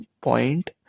point